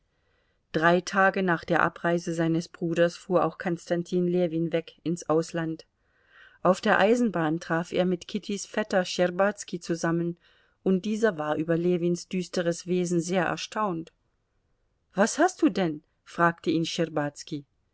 drei tage nach der abreise seines bruders fuhr auch konstantin ljewin weg ins ausland auf der eisenbahn traf er mit kittys vetter schtscherbazki zusammen und dieser war über ljewins düsteres wesen sehr erstaunt was hast du denn fragte ihn